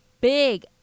big